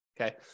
Okay